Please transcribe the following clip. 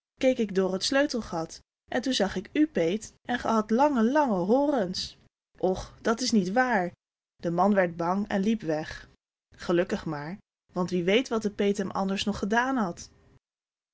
keek ik door het sleutelgat en toen zag ik u peet en ge hadt lange lange horens och dat is niet waar de man werd bang en liep weg gelukkig maar want wie weet wat de peet hem anders nog gedaan had